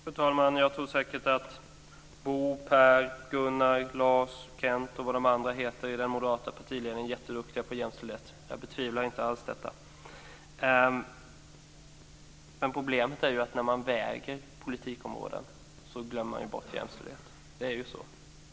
Fru talman! Jag tror säkert att Bo, Per, Gunnar, Lars, Kent och vad de andra i den moderata partiledningen heter är jätteduktiga på jämställdhet. Jag betvivlar inte alls detta. Men problemet är ju att när man väger politikområden så glömmer man bort jämställdheten. Det är ju så.